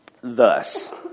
Thus